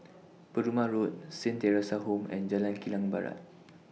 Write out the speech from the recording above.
Perumal Road Saint Theresa's Home and Jalan Kilang Barat